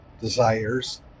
desires